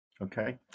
Okay